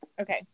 Okay